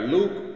Luke